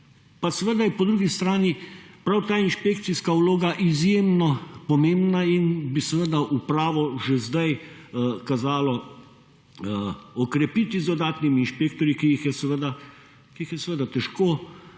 po drugi strani prav ta inšpekcijska vloga izjemno pomembna in bi seveda upravo že sedaj kazalo okrepiti z dodatnimi inšpektorji, ki jih je seveda težko dobiti,